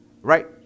Right